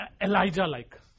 Elijah-like